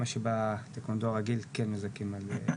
מה שבטקוונדו הרגיל כן מזכים.